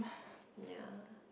ya